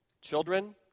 children